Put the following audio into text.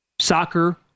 Soccer